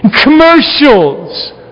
Commercials